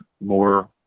more